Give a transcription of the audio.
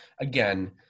again